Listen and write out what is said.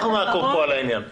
אנחנו נעקוב כאן אחרי העניין הזה.